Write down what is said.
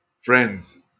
friends